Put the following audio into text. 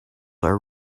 are